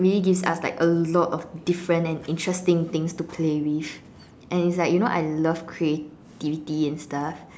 really gives us like a lot of different and interesting things to play with and it's like you know like I love creativity and stuff